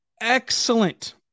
Excellent